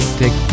take